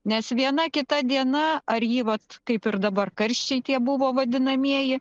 nes viena kita diena ar jį vat kaip ir dabar karščiai tie buvo vadinamieji